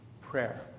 prayer